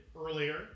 earlier